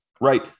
right